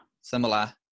similar